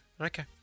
Okay